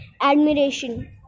admiration